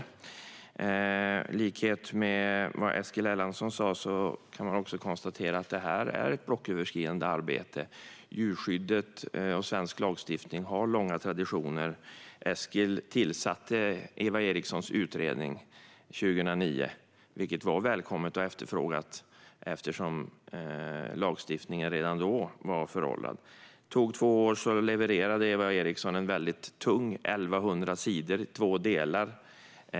I likhet med vad Eskil Erlandsson sa kan man också konstatera att det här är ett blocköverskridande arbete. Djurskyddet och svensk lagstiftning har långa traditioner. Eskil tillsatte Eva Erikssons utredning 2009, vilket var välkommet och efterfrågat eftersom lagstiftningen redan då var föråldrad. Efter två år levererade Eva Eriksson en tung utredning: 1 100 sidor och två delar.